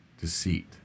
deceit